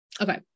okay